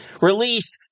released